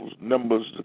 Numbers